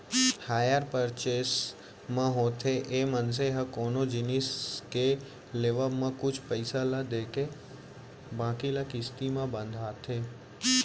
hire purchase म होथे ये मनसे ह कोनो जिनिस के लेवब म कुछ पइसा ल देके बाकी ल किस्ती म बंधाथे